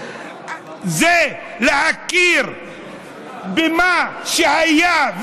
להכיר במה שהיה,